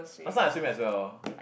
last time I still as well